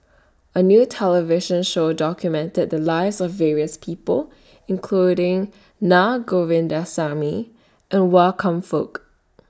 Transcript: A New television Show documented The Lives of various People including Na Govindasamy and Wan Kam Fook